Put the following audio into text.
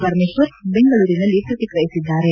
ಪರಮೇಶ್ವರ್ ಬೆಂಗಳೂರಿನಲ್ಲಿ ಪ್ರತಿಕ್ರಿಯಿಸಿದ್ದಾರೆ